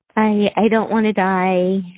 i don't want to die.